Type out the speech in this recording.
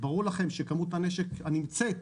ברור לכם שכמות הנשק הנמצאת